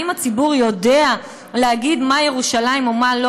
האם הציבור יודע להגיד מה ירושלים ומה לא,